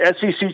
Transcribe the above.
SEC